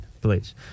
Please